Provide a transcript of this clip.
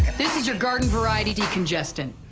this is your garden variety decongestant.